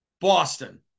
Boston